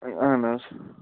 اَے اَہَن حظ